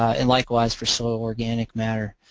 and likewise for soil organic matter.